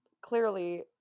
Clearly